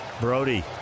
Brody